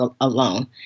alone